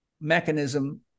mechanism